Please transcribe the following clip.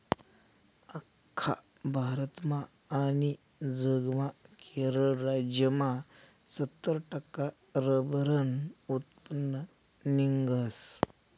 आख्खा भारतमा आनी जगमा केरळ राज्यमा सत्तर टक्का रब्बरनं उत्पन्न निंघस